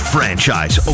Franchise